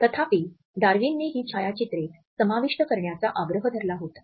तथापि डार्विनने ही छायाचित्रे समाविष्ट करण्याचा आग्रह धरला होता